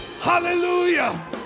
Hallelujah